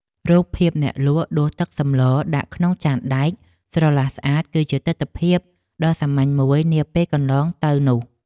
រូបភាពអ្នកលក់ដួសទឹកសម្លដាក់ក្នុងចានដែកស្រឡះស្អាតគឺជាទិដ្ឋភាពដ៏សាមញ្ញមួយនាពេលកន្លងទៅនោះ។